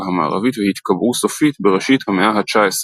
המערבית והתקבעו סופית בראשית המאה ה-19.